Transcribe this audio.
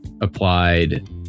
applied